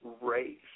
race